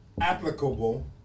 applicable